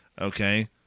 okay